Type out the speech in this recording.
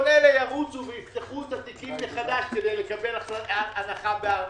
כל אלה ירוצו ויפתחו את התיקים מחדש כדי לקבל הנחה בארנונה.